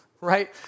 right